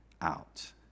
out